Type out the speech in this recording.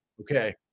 okay